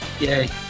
Yay